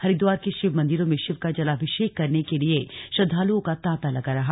हरिद्वार के शिव मंदिरों में शिव का जलाभिषेक करने के लिए श्रद्धालुओं का तांता लगा रहा